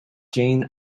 janes